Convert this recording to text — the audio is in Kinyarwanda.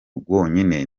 rwonyine